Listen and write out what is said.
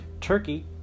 turkey